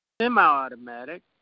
semi-automatic